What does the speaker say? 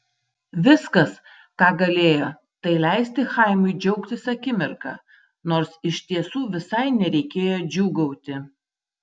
viskas ką galėjo tai leisti chaimui džiaugtis akimirka nors iš tiesų visai nereikėjo džiūgauti